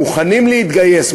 מוכנים להתגייס,